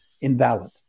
invalid